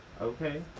Okay